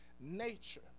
nature